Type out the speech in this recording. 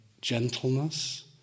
gentleness